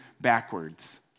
backwards